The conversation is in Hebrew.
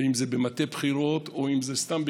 אם זה במטה בחירות או אם זה סתם,